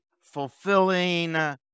fulfilling